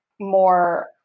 more